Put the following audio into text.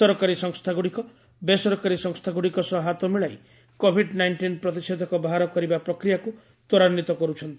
ସରକାରୀ ସଂସ୍ଥାଗୁଡ଼ିକ ବେସରକାରୀ ସଂସ୍ଥାଗୁଡ଼ିକ ସହ ହାତ ମିଳାଇ କୋଭିଡ୍ ନାଇଷ୍ଟିନ୍ ପ୍ରତିଶେଧକ ବାହାର କରିବା ପ୍ରକ୍ରିୟାକୁ ତ୍ୱରାନ୍ୱିତ କରୁଛନ୍ତି